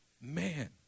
man